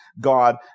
God